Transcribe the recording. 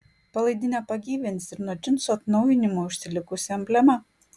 palaidinę pagyvins ir nuo džinsų atnaujinimo užsilikusi emblema